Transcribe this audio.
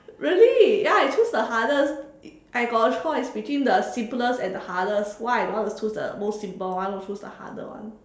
really ya I choose the hardest I got a choice between the simplest and the hardest why I don't want to choose the most simple one I choose the harder one